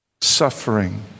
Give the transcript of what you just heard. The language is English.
suffering